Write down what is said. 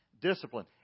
discipline